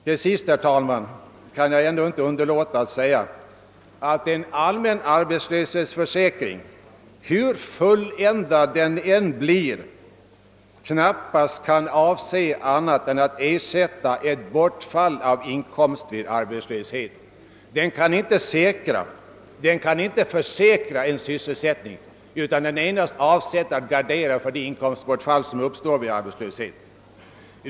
Till sist, herr talman, kan jag inte underlåta att säga att en allmän arbetslöshetsförsäkring, hur fulländad den än blir, knappast kan avse annat än att ersätta ett borifall av inkomst vid arbetslöshet. Den kan inte säkra eller försäkra sysselsättningen utan kan endast gardera för det inkomstbortfall som uppstår vid arbetslöshet.